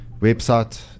website